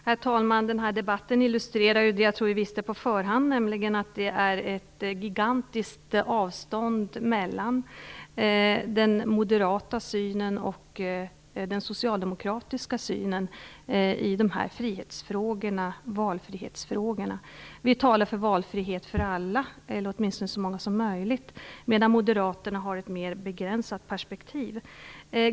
Herr talman! Denna debatt illustrerar vad jag tror att vi på förhand visste, nämligen att det är ett gigantiskt avstånd mellan den moderata och den socialdemokratiska synen på frihets och valfrihetsfrågorna. Vi talar för en valfrihet för alla, åtminstone för så många som möjligt, medan Moderaterna har ett mera begränsat perspektiv.